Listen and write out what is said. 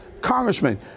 Congressman